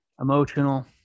emotional